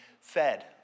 fed